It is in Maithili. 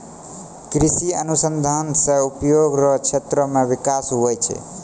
कृषि अनुसंधान से उद्योग रो क्षेत्र मे बिकास हुवै छै